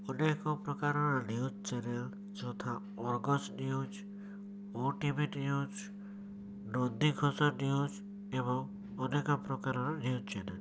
ଅନେକ ପ୍ରକାରର news channel ଯଥା ଅର୍ଗସ ନ୍ୟୁଜ୍ ଓ T V news Nandighosh news ଏବଂ ଅନେକ ପ୍ରକାରର ନ୍ୟୁଜ୍ ଚ୍ୟାନେଲ୍